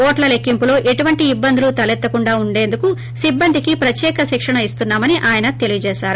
ఓట్ల లెక్కింపులో ఎలాంటి ఇబ్బందులు తలెత్తకుండా ఉండేందుకు సిబ్బందికి ప్రత్యేక శిక్షణ ఇస్తున్నామని ఆయన తెలియజేశారు